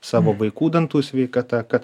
savo vaikų dantų sveikata kad